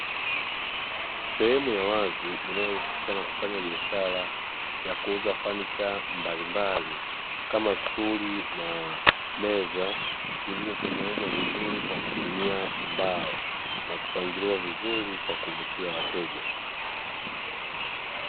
Sehemu ya wazi inayohusika na kufanya biashara ya kuuza fanicha mbalimbali kama stuli na meza, zilizotengenezwa vizuri kwa kutumia mbao na kupangiliwa vizuri kwa kuvutia wateja.